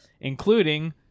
including